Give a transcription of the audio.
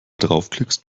draufklickst